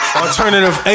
alternative